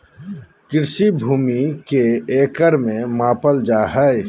कृषि भूमि के एकड़ में मापल जाय हइ